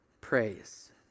praise